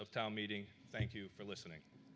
of town meeting thank you for listening